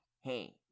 Hey